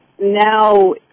Now